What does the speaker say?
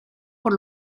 por